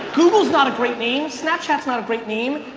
google's not a great name, snapchat's not a great name.